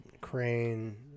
Crane